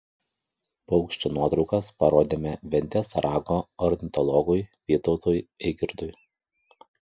paukščio nuotraukas parodėme ventės rago ornitologui vytautui eigirdui